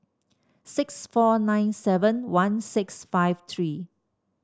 six four nine seven one six five three